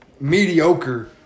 mediocre